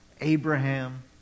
Abraham